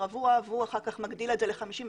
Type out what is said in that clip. רבועים ואחר כך הוא מגדיל את זה ל-52 מטרים.